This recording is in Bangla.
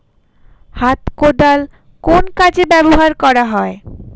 হাত কোদাল কোন কাজে ব্যবহার করা হয়?